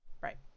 Right